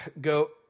go